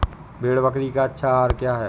भेड़ बकरी का अच्छा आहार क्या है?